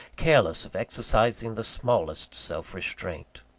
careless of exercising the smallest self-restraint.